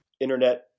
internet